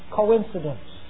coincidence